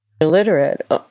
illiterate